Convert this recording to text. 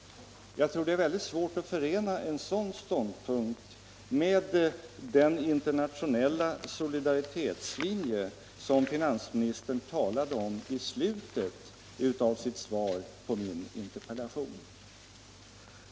Jag tror att det är svårt att förena en sådan ståndpunkt med den internationella solidaritetslinje som finansministern talade om i slutet av sitt svar på min interpellation.